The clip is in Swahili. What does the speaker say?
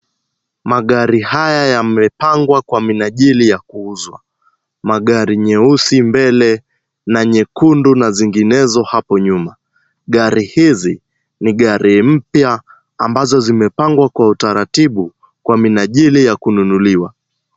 Magari haya yamepangwa kwa minajili ya kuuzwa. Magari nyeusi mbele na nyekundu na zinginezo hapo nyuma. Gari hizi ni gari mpya, ambazo zimepangwa kwa utaratibu, kwa minajili ya kununuliwa.